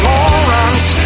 Morons